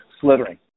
slithering